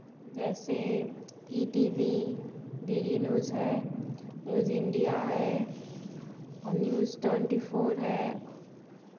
जैसे E T V D D news है news India है और न्यूज़ ट्वेंटी फ़ोर है